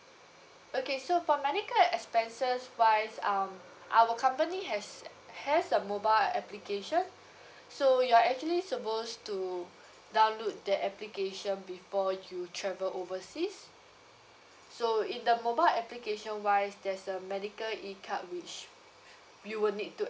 okay so for medical expenses wise um our company has has the mobile application so you are actually supposed to download that application before you travel overseas so in the mobile application wise there's a medical E card which you will need to